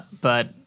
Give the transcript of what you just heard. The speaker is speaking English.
But-